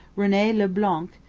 rene le blanc,